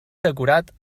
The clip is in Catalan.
decorat